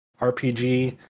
rpg